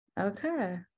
okay